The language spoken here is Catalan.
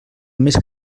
més